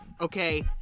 okay